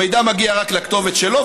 המידע מגיע רק לכתובת שלו,